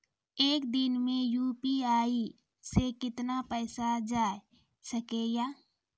एक दिन मे यु.पी.आई से कितना पैसा जाय सके या?